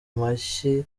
mashyi